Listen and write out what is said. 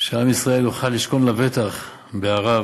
שעם ישראל יוכל לשכון לבטח בעריו,